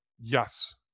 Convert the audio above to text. Yes